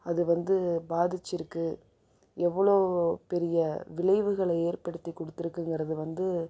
அது வந்து பாதிச்சிருக்கு எவ்வளோ பெரிய விளைவுகளை ஏற்படுத்தி கொடுத்துருக்குங்கிறது வந்து